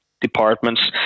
departments